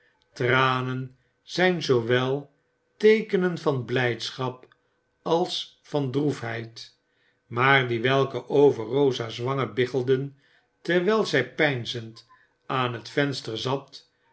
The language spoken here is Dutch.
tranen zijn zoowel teekenen van blijdschap als van droefheid maar die welke over rosa's wangen biggelden terwijl zij peinzend aan het venster zat